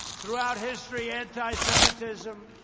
throughout history, anti-semitism